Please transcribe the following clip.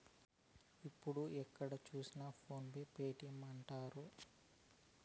ఇప్పుడు ఏడ చూసినా ఫోన్ పే పేటీఎం అంటుంటారు